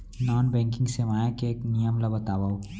Non banking सेवाएं के नियम ला बतावव?